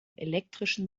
elektrischen